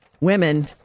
women